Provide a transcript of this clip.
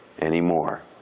anymore